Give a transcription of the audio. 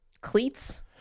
Cleats